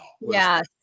Yes